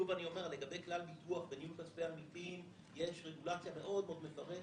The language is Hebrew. על כלל ביטוח וניהול כספי עמיתים יש רגולציה מאוד מאוד מפורטת,